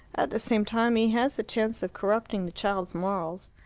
the same time he has the chance of corrupting the child's morals.